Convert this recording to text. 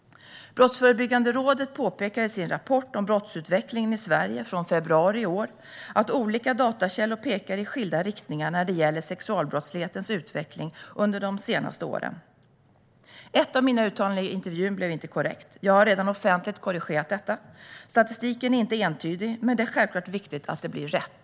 Brottsförebyggande rådet påpekar i sin rapport om brottsutvecklingen i Sverige från februari i år att olika datakällor pekar i skilda riktningar när det gäller sexualbrottslighetens utveckling under de senaste åren. Ett av mina uttalanden i intervjun blev inte korrekt. Jag har redan offentligt korrigerat detta. Statistiken är inte entydig, men det är självklart viktigt att det blir rätt.